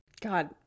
God